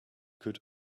could